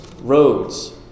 Roads